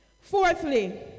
Fourthly